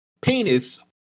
penis